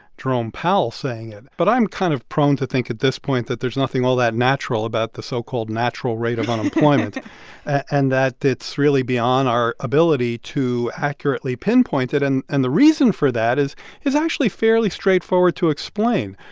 jerome powell, saying it. but i'm kind of prone to think at this point that there's nothing all that natural about the so-called natural rate of unemployment and that it's really beyond our ability to accurately pinpoint it and and the reason for that is is actually fairly straightforward to explain.